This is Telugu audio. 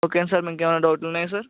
ఓకే సార్ ఇంకేమైనా డౌట్లు ఉన్నాయా సార్